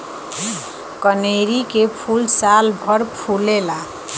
कनेरी के फूल सालभर फुलेला